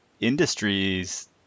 industries